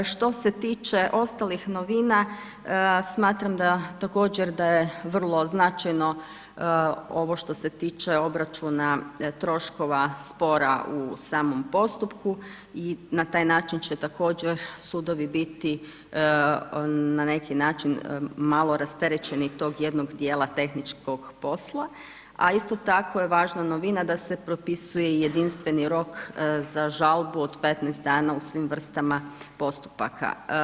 Što se tiče ostalih novina, smatram da također da je vrlo značajno ovo što se tiče obračuna troškova spora u samom postupku i na taj način će također sudovi biti na neki način malo rasterećeni tog jednog djela tehničkog posla a isto tako je važna novina da se propisuje jedinstveni rok za žalbu od 15 dana u svim vrstama postupaka.